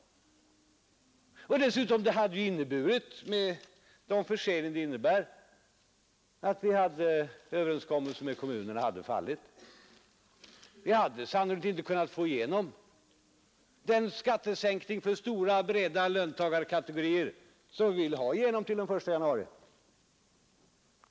Dessutom hade det med de förseningar det medfört inneburit att överenskommelsen med kommunerna hade fallit. Vi hade då sannolikt inte kunnat få igenom den skattesänkning för breda löntagarkategorier som vi ville få igenom till den 1 januari.